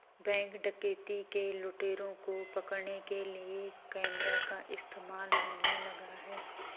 Bank डकैती के लुटेरों को पकड़ने के लिए कैमरा का इस्तेमाल होने लगा है?